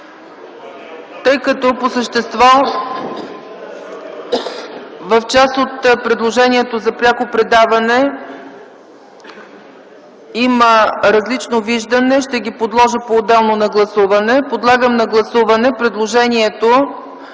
Тъй като по същество в част от предложението за пряко предаване има различно виждане, ще ги подложа отделно на гласуване. Подлагам на гласуване предложението